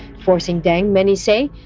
forcing deng, many say,